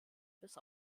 bis